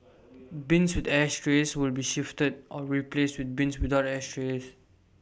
bins with ashtrays will be shifted or replaced with bins without ashtrays